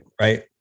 right